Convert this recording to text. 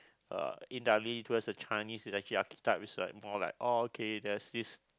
uh indirectly towards the Chinese it's actually archetypes is uh more like oh okay there's this